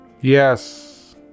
Yes